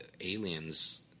aliens